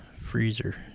freezer